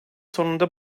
sonunda